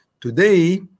today